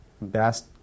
best